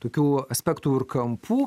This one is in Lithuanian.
tokių aspektų ir kampų